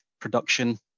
production